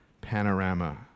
panorama